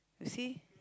you see